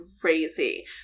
crazy